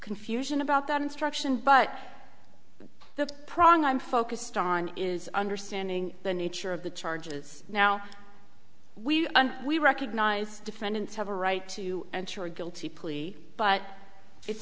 confusion about that instruction but the problem i'm focused on is understanding the nature of the charges now we we recognize defendants have a right to enter a guilty plea but it's